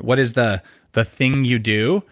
what is the the thing you do